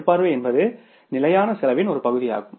மேற்பார்வை என்பது நிலையான செலவின் ஒரு பகுதியாகும்